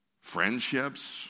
Friendships